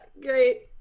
Great